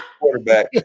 quarterback